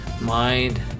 mind